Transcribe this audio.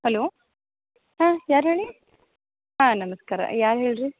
hello ಹಾಂ ಯಾರು ಹೇಳಿ ಹಾಂ ನಮಸ್ಕಾರ ಯಾರು ಹೇಳ್ರಿ